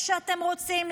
איך שאתם רוצים,